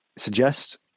suggest